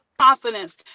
confidence